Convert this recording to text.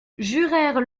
jurèrent